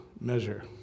measure